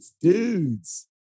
dudes